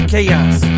chaos